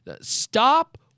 Stop